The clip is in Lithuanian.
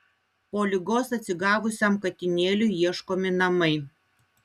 po ligos atsigavusiam katinėliui ieškomi namai